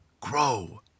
grow